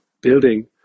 building